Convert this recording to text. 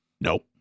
Nope